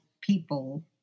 people